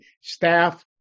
staff